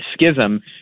schism